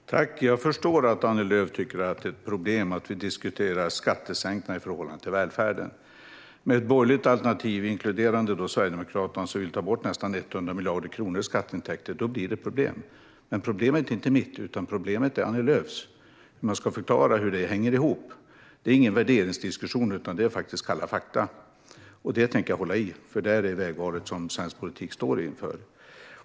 Herr talman! Jag förstår att Annie Lööf tycker att det är ett problem att vi diskuterar skattesänkningar i förhållande till välfärden. Med ett borgerligt alternativ, inkluderande Sverigedemokraterna, som vill ta bort nästan 100 miljarder i skatteintäkter blir det problem. Men problemet är inte mitt, utan problemet är Annie Lööfs om man ska förklara hur det hänger ihop. Det är ingen värderingsdiskussion, utan det är kalla fakta. Det tänker jag hålla i, för detta är vägvalet som svensk politik står inför.